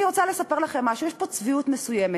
אני רוצה לספר לכם משהו: יש פה צביעות מסוימת.